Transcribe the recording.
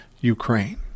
Ukraine